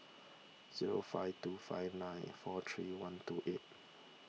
zero five two four nine four three one two eight